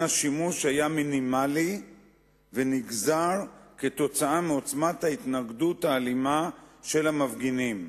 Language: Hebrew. השימוש היה מינימלי ונגזר מעוצמת ההתנגדות האלימה של המפגינים.